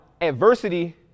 adversity